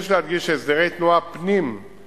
יש להדגיש שהסדרי תנועה פנים-יישוביים